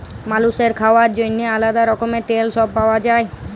মালুসের খাওয়ার জন্যেহে আলাদা রকমের তেল সব পাওয়া যায়